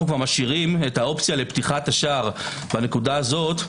משאירים את האופציה לפתיחת השער בנקודה הזאת,